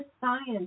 Science